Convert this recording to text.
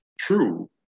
true